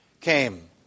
came